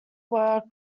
were